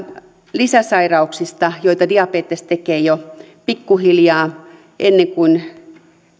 lisäsairauksia joita joita diabetes tekee jo pikkuhiljaa ennen kuin